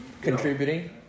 contributing